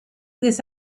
this